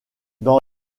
dans